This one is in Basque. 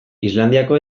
islandiako